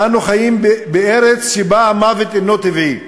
אנו חיים בארץ שבה המוות אינו טבעי,